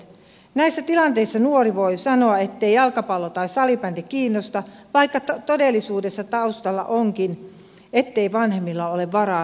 näissä tilanteissa nuori voi sanoa ettei jalkapallo tai salibandy kiinnosta vaikka todellisuudessa taustalla onkin se ettei vanhemmilla ole varaa rahoittaa sitä